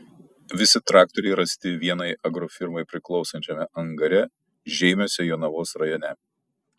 visi traktoriai rasti vienai agrofirmai priklausančiame angare žeimiuose jonavos rajone